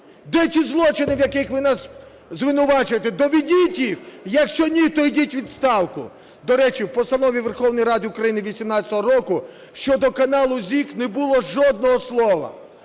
Де ті злочини, в яких ви нас звинувачуєте? Доведіть їх! Якщо ні, то йдіть у відставку. До речі, в Постанові Верховної Ради України 18-го року щодо каналу ZIK не було жодного слова.